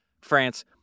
France